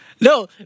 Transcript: No